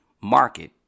market